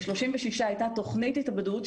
ל-36 הייתה תוכנית התאבדות,